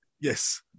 Yes